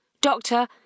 Doctor